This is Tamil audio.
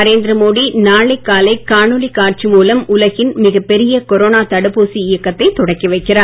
நரேந்திர மோடி நாளை காலை காணொளி காட்சி மூலம் உலகின் மிகப்பெரிய கொரோனா தடுப்பூசி இயக்கத்தைத் தொடக்கி வைக்கிறார்